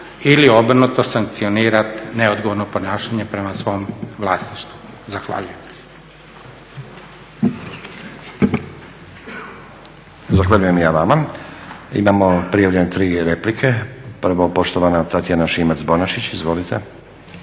ili obrnuto sankcionirati neodgovorno ponašanje prema svom vlasništvu. Zahvaljujem. **Stazić, Nenad (SDP)** Zahvaljujem i ja vama. Imamo prijavljene tri replike. Prvo poštovana Tatjana Šimac-Bonačić. Izvolite.